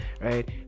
right